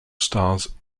stars